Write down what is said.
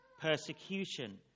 persecution